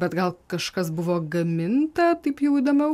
bet gal kažkas buvo gaminta taip jau įdomiau